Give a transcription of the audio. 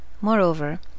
Moreover